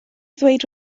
ddweud